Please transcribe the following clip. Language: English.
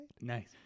Nice